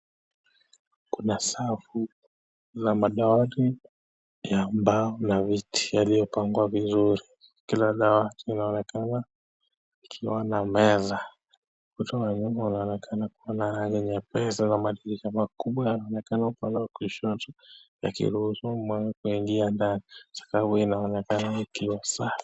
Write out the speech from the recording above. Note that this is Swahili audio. Kuna safu ya madawati ya mbao na vitu yaliyopangwa vizuri, Kila dawati linaonekana likiwa na meza inaonekana kuwa na langi nyepesi, iko na madirisha kubwa inayoonekana kushoto yasiyoruhusu maji kuiingia ndani sakafu ikionekana ikiwa safi.